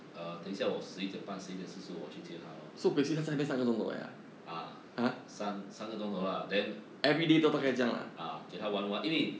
err 等一下我十一点半十一点四十五我去接他 ah 三三个钟头 lah then ah 给他玩玩因为